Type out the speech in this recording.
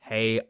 Hey